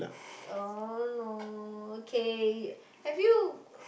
oh no okay have you